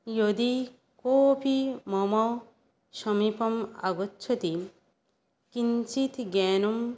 यदि कोऽपि मम समीपम् आगच्छति किञ्चित् ज्ञानं